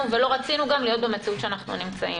וגם לא רצינו להיות במציאות שבה אנחנו נמצאים.